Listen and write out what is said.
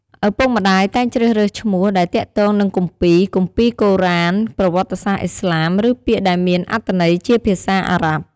ឪពុកម្តាយតែងជ្រើសរើសឈ្មោះដែលទាក់ទងនឹងគម្ពីរ គម្ពីរកូរ៉ាន ប្រវត្តិសាស្ត្រឥស្លាម ឬពាក្យដែលមានអត្ថន័យជាភាសា អារ៉ាប់។